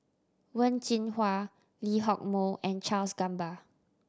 Wen Jinhua Lee Hock Moh and Charles Gamba